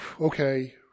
okay